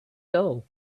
goal